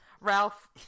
Ralph